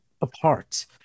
apart